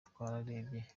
twararebye